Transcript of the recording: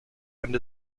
and